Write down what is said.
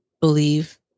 believe